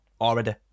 already